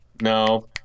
No